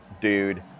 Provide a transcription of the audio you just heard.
dude